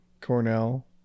Cornell